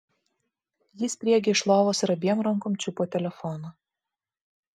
ji spriegė iš lovos ir abiem rankom čiupo telefoną